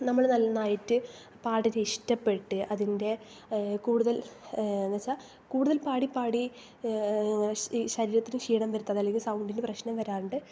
നമ്മൾ നന്നായിട്ട് പാട്ടിനെ ഇഷ്ടപ്പെട്ട് അതിൻ്റെ കൂടുതൽ എന്ന് വച്ചാൽ കൂടുതൽ പാടി പാടി ഇങ്ങനെ ഈ ശരീരത്തിന് ക്ഷീണം വരുത്താതെ അല്ലെങ്കിൽ സൗണ്ടിൽ പ്രശ്നം വരാണ്ട്